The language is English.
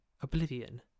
Oblivion